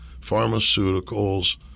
pharmaceuticals